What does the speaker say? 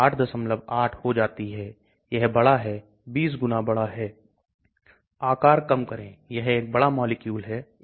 इसलिए यहां ऑक्सीजन एक एक्सेप्टर बन जाता है जबकि यह O H और O H वास्तव में डोनर बन जाते हैं इसलिए यहां 3 चीजें हो रही हैं यह दान करने के साथ साथ स्वीकार भी कर रहा है